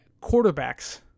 quarterbacks